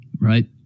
Right